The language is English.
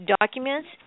documents